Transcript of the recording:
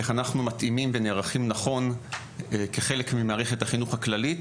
איך אנחנו מתאימים ונערכים נכון כחלק ממערכת החינוך הכללית,